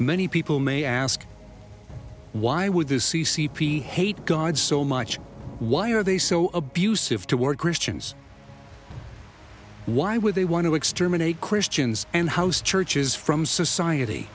crimes many people may ask why would the c c p hate god so much why are they so abusive toward christians why would they want to exterminate christians and house churches from society